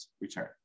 return